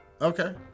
Okay